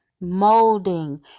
molding